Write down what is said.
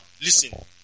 listen